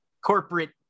corporate